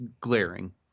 glaring